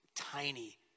tiny